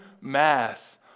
mass